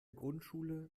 grundschule